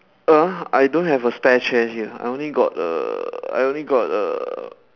!huh! I don't have a spare chair here I only got a I only got a a